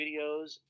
videos